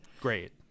great